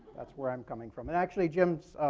that's where i'm coming from. and actually, jim's